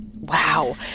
Wow